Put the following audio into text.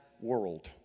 world